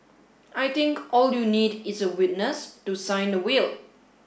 I think all you need is a witness to sign the will